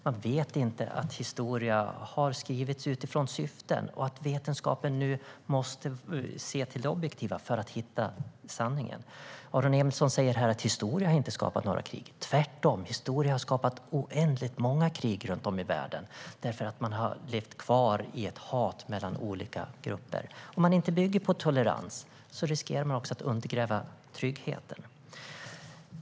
Man vet inte att historia har skrivits utifrån syften och att vetenskapen nu måste se till det objektiva för att hitta sanningen. Aron Emilsson säger att historia inte har skapat några krig. Tvärtom: Historia har skapat oändligt många krig runt om i världen, därför att man har levt kvar i ett hat mellan olika grupper. Om man inte bygger på tolerans riskerar man att undergräva tryggheten.